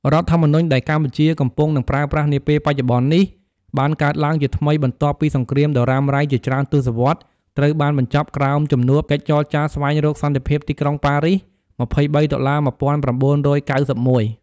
រដ្ឋធម្មនុញ្ញ ដែលកម្ពុជាកំពុងនិងប្រើប្រាស់នាពេលបច្ចុប្បន្ននេះ បានកើតឡើងជាថ្មី បន្ទាប់ពីសង្រ្គាមដ៏រ៉ាំរៃជាច្រើនទសវត្សរ៍ត្រូវបានបញ្ចប់ក្រោមជំនួបកិច្ចចរចាស្វែងរកសន្តិភាពទីក្រុងប៉ារីស ២៣ តុលា ១៩៩១។